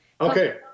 Okay